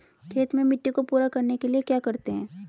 खेत में मिट्टी को पूरा करने के लिए क्या करते हैं?